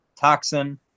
Toxin